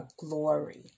glory